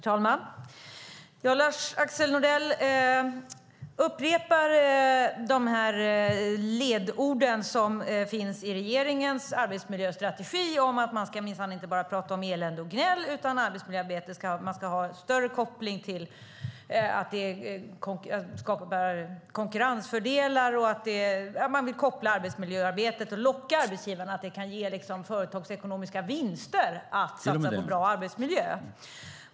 Herr talman! Lars-Axel Nordell upprepar de ledord som finns i regeringens arbetsmiljöstrategi om att man minsann inte bara ska prata om elände och gnäll utan att man ska ha en större koppling till att arbetsmiljöarbetet kan skapa konkurrensfördelar och locka arbetsgivarna med att det kan ge företagsekonomiska vinster att satsa på en bra arbetsmiljö.